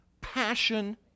passion